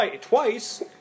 twice